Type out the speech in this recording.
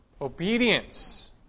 obedience